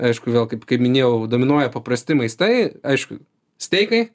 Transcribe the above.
aišku vėl kaip minėjau dominuoja paprasti maistai aišku steikai